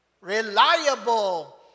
Reliable